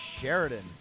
Sheridan